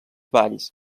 valls